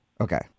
Okay